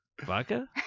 Vodka